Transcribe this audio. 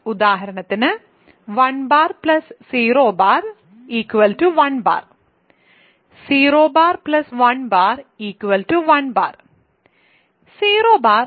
ഉദാഹരണത്തിന് 1 0 1 0 1 1 0ഐഡന്റിറ്റി എലെമെന്റാണ്